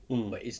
mm